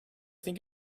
they